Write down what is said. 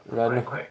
然